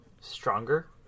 stronger